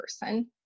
person